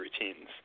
routines